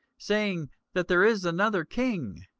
saying that there is another king,